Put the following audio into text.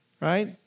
right